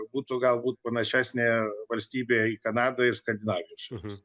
būtų galbūt panašesnė valstybė į kanadą ir skandinavijos